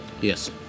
Yes